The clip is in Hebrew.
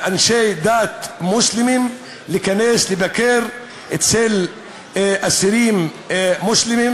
לאנשי דת מוסלמים להיכנס לבקר אצל אסירים מוסלמים,